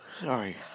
Sorry